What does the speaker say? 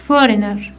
Foreigner